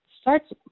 starts